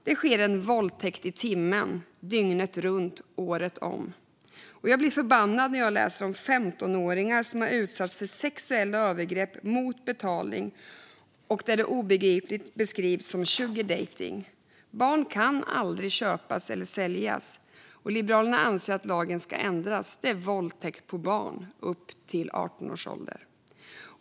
Det sker en våldtäkt i timmen, dygnet runt och året om. Jag blir förbannad när jag läser om 15-åringar som har utsatts för sexuella övergrepp mot betalning. Det är obegripligt att det beskrivs som sugardejtning. Barn kan aldrig köpas eller säljas. Liberalerna anser att lagen ska ändras. Det är våldtäkt på barn upp till 18 års ålder.